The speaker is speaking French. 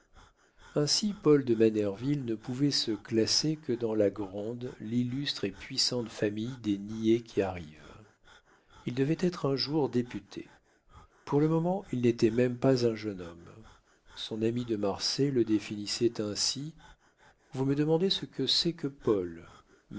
ainsi paul de manerville ne pouvait se classer que dans la grande l'illustre et puissante famille des niais qui arrivent il devait être un jour député pour le moment il n'était même pas un jeune homme son ami de marsay le définissait ainsi vous me demandez ce que c'est que paul